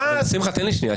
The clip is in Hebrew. תן לי שנייה,